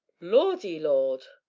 lordy, lord!